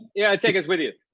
yeah take us with you.